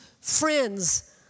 friends